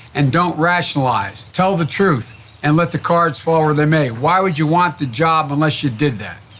and don't rationalize. tell the truth and let the cards fall where they may. why would you want the job unless you did that?